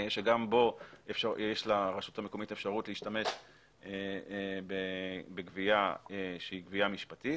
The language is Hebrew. שגם בו יש לרשות המקומית אפשרות להשתמש בגבייה שהיא גבייה משפטית.